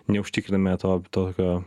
neužtikriname top tokio